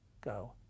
go